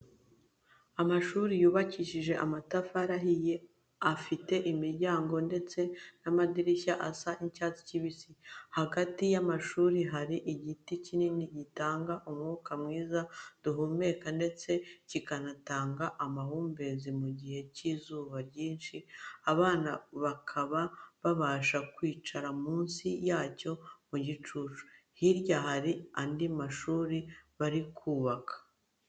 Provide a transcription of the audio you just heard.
Amashuri yubakishije amatafari ahiye, afite imiryango ndetse n'amadirishya asa icyatsi kibisi. Hagati y'amashuri hari igiti kinini gitanga umwuka mwiza duhumeka ndetse kigatanga amahumbezi mu gihe cy'izuba ryinshi, abana bakaba babasha kwicara munsi yacyo mu gicucu. Hirya hari andi mashuri bari kubaka.